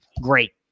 great